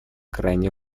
крайне